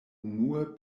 unue